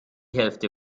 hälfte